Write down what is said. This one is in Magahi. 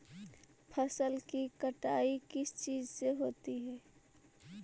फसल की कटाई किस चीज से होती है?